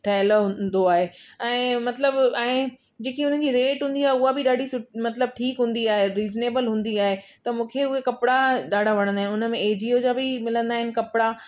ठहियल हूंदो आहे ऐं मतिलब ऐं जेकी उन जी रेट हूंदी आहे हूअ बि ॾाढी सु मतिलब ठीकु हूंदी आहे रिजनेबल हूंदी आहे त मूंखे उहे कपिड़ा ॾाढा वणंदा आहिनि उन में एजीओ जा बि मिलंदा आहिनि कपिड़ा